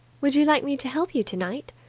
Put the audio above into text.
would you like me to help you tonight?